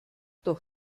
doch